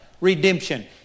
redemption